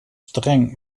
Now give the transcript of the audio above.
streng